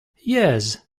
yes